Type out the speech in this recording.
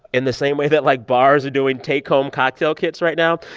in the same way that, like, bars are doing take-home cocktail kits right now,